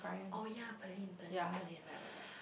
oh ya Pearlyn Pearlyn Pearlyn right right right